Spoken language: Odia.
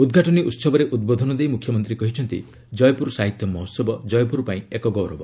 ଉଦ୍ଘାଟନି ଉହବରେ ଉଦ୍ବୋଧନ ଦେଇ ମୁଖ୍ୟମନ୍ତ୍ରୀ କହିଛନ୍ତି ଜୟପୁର ସାହିତ୍ୟ ମହୋହବ ଜୟପୁର ପାଇଁ ଏକ ଗୌରବ